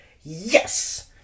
yes